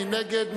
מי נגד?